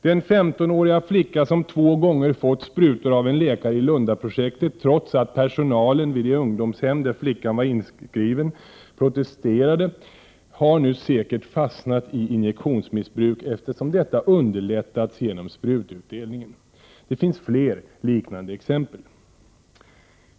Den 15-åriga flicka som två gånger fått sprutor av en läkare i Lundaprojektet, trots att personalen vid det ungdomshem där flickan var intagen protesterade, har nu säkert fastnat i injektionsmissbruk, eftersom detta underlättats genom sprututdelningen. Det finns fler, liknande exempel.